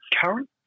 current